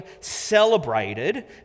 celebrated